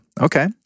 Okay